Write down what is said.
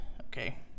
okay